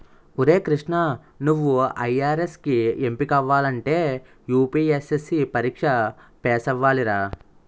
ఒరే కృష్ణా నువ్వు ఐ.ఆర్.ఎస్ కి ఎంపికవ్వాలంటే యూ.పి.ఎస్.సి పరీక్ష పేసవ్వాలిరా